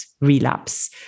relapse